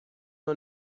نوع